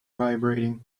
vibrating